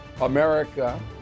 America